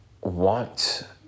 want